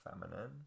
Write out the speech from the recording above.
feminine